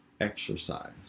exercise